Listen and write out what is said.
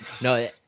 no